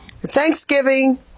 thanksgiving